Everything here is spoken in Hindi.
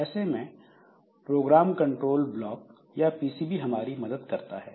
ऐसे में प्रोग्राम कंट्रोल ब्लॉक या पीसीबी हमारी मदद करता है